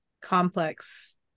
complex